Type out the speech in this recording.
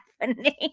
happening